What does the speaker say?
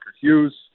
Hughes